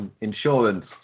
insurance